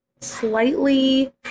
Slightly